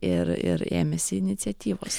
ir ir ėmėsi iniciatyvos